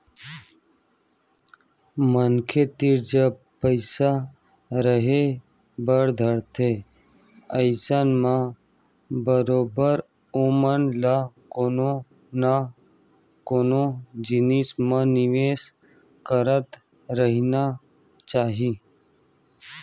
मनखे तीर जब पइसा रेहे बर धरथे अइसन म बरोबर ओमन ल कोनो न कोनो जिनिस म निवेस करत रहिना चाही